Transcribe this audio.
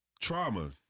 trauma